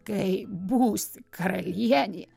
kai būsi karalienė